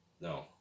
No